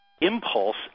impulse